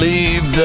Leave